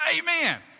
amen